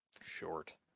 short